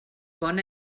bon